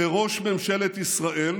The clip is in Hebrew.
כראש ממשלת ישראל